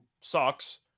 sucks